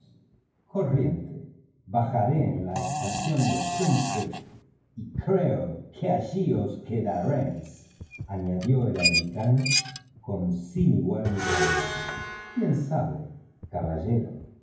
tiros bajaré en la estación de plum creek y creo que allí os quedaréis añadió el americano con sin igual insolencia quién sabe caballero